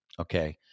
okay